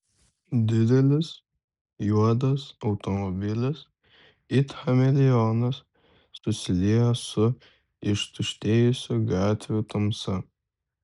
didelis juodas automobilis it chameleonas susiliejo su ištuštėjusių gatvių tamsa